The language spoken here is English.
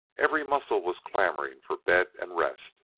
every muscle was clamoring for bed and rest,